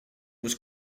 was